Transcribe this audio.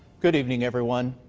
good evening, everyone.